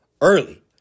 early